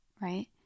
Right